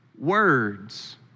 words